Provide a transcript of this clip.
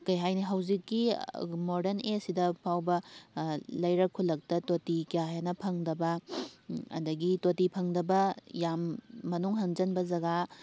ꯀꯩꯍꯥꯏꯅꯤ ꯍꯧꯖꯤꯛꯀꯤ ꯃꯣꯗꯔꯟ ꯑꯦꯖꯁꯤꯗ ꯐꯥꯎꯕ ꯂꯩꯔꯛ ꯈꯨꯜꯂꯛꯇ ꯇꯣꯇꯤ ꯀꯌꯥ ꯍꯦꯟꯅ ꯐꯪꯗꯕ ꯑꯗꯒꯤ ꯇꯣꯇꯤ ꯐꯪꯗꯕ ꯌꯥꯝ ꯃꯅꯨꯡ ꯍꯟꯖꯟꯕ ꯖꯒꯥ